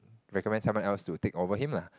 recommend someone else to take over him lah